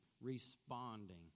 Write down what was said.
responding